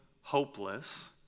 hopeless